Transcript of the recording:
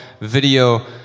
video